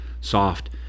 soft